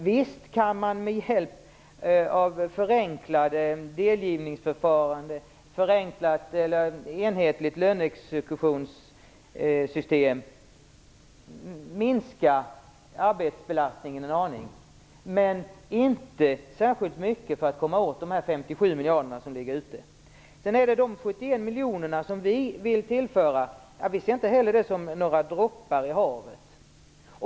Visst kan man med hjälp av ett förenklat delgivningsförfarande och ett enhetligt löneexekutionssystem minska arbetsbelastningen en aning, men inte särskilt mycket när det gäller att komma åt de 57 miljarder som ligger ute. De 71 miljoner som vi vill tillföra ser vi inte heller som några droppar i havet.